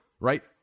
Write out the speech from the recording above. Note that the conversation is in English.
right